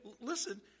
listen